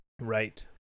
Right